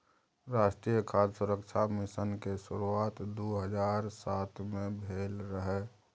राष्ट्रीय खाद्य सुरक्षा मिशन के शुरुआत दू हजार सात मे भेल रहै